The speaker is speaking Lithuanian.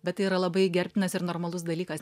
bet tai yra labai gerbtinas ir normalus dalykas